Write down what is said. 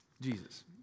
Jesus